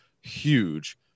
huge